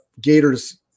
Gators